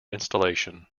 installation